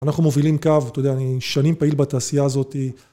אנחנו מובילים קו, אתה יודע, אני שנים פעיל בתעשייה הזאתי.